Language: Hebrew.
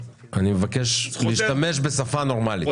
אני מבקש להשתמש בשפה נורמלית.